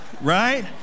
Right